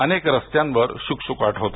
अनेक रस्त्यांवर शुकशुकाट होता